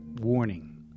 warning